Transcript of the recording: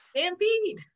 Stampede